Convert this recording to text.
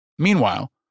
Meanwhile